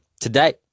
today